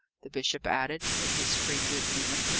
the bishop added, in his free good humour.